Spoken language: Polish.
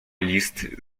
list